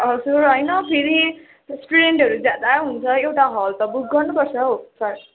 हजुर होइन फेरि स्टुडेन्टहरू ज्यादा हुन्छ एउटा हल त बुक गर्नु पर्छ हौ सर